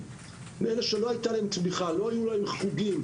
שלא היתה להם תמיכה או חוגים,